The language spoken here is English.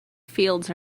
fields